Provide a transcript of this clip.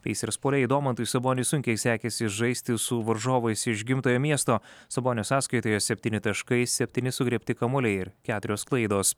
peisers puolėjui domantui saboniui sunkiai sekėsi žaisti su varžovais iš gimtojo miesto sabonio sąskaitoje septyni taškai septyni sugriebti kamuoliai ir keturios klaidos